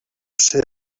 ser